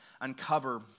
uncover